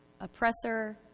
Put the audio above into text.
oppressor